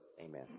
Amen